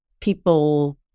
people